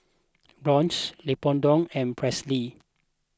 Blanch Leopoldo and Presley